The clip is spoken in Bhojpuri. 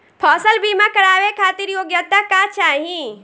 फसल बीमा करावे खातिर योग्यता का चाही?